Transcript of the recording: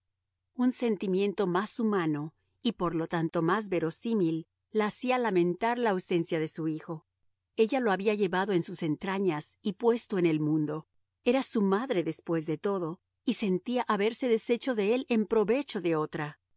un sentimiento más humano y por lo tanto más verosímil la hacía lamentar la ausencia de su hijo ella lo había llevado en sus entrañas y puesto en el mundo era su madre después de todo y sentía haberse deshecho de él en provecho de otra